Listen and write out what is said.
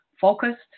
focused